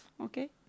Okay